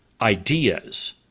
ideas